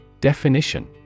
Definition